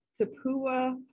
Tapua